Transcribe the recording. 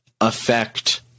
affect